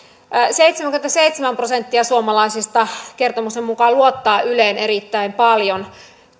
seitsemänkymmentäseitsemän prosenttia suomalaisista kertomuksen mukaan luottaa yleen erittäin paljon